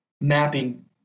mapping